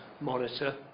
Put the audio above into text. monitor